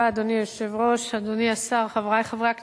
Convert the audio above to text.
אדוני היושב-ראש, אדוני השר, חברי חברי הכנסת,